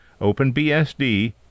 OpenBSD